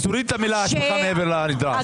אז תוציא את המילה השבחה מעבר לנדרש.